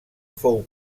fou